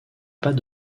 pas